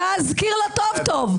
להזכיר לו טוב-טוב,